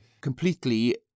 Completely